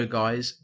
guys